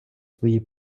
свої